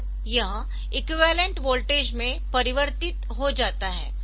तो यह equivalent voltage में परिवर्तित हो जाता है